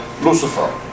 Lucifer